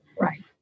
Right